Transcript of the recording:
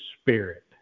Spirit